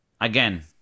again